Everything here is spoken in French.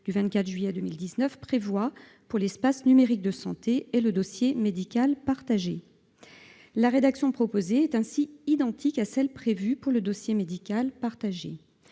du système de santé prévoient pour l'espace numérique de santé et le dossier médical partagé. La rédaction proposée est ainsi identique à celle prévue pour le dossier médical partagé.